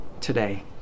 today